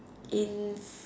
in